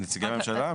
נציגי הממשלה?